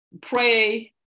pray